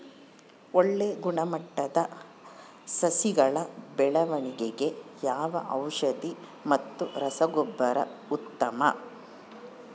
ಒಳ್ಳೆ ಗುಣಮಟ್ಟದ ಸಸಿಗಳ ಬೆಳವಣೆಗೆಗೆ ಯಾವ ಔಷಧಿ ಮತ್ತು ರಸಗೊಬ್ಬರ ಉತ್ತಮ?